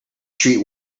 street